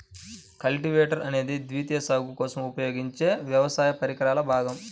cultivator అనేది ద్వితీయ సాగు కోసం ఉపయోగించే వ్యవసాయ పరికరాల భాగం